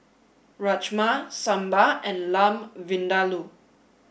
Rajma Sambar and Lamb Vindaloo